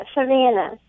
Savannah